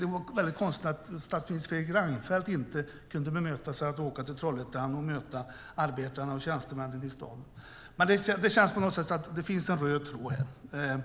Det var väldigt konstigt att statsminister Fredrik Reinfeldt inte kunde bemöda sig att åka till Trollhättan och möta arbetarna och tjänstemännen i staden. Men det känns på något sätt som att det finns en röd tråd här.